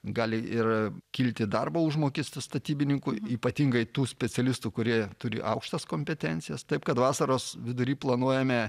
gali ir kilti darbo užmokestis statybininkų ypatingai tų specialistų kurie turi aukštas kompetencijas taip kad vasaros vidury planuojame